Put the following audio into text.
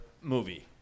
movie